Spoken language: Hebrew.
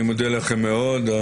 הצבעה בעד 4 נגד 2 אני מודה לכם מאוד.